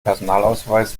personalausweis